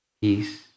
peace